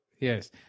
Yes